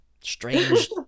strange